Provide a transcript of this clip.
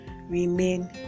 remain